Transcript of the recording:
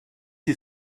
sie